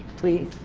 please.